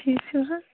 ٹھیٖک چھِو حٲز